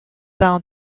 down